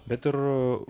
bet ir